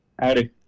Howdy